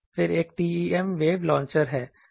फिर एक TEM wave launcher है